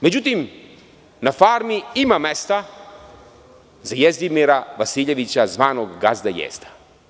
Međutim, na „farmi“ ima mesta za Jezdimira Vasiljevića, zvanog „gazda Jezda“